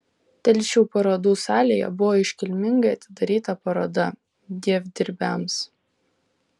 telšių parodų salėje buvo iškilmingai atidaryta paroda dievdirbiams